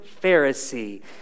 Pharisee